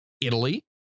Italy